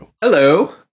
Hello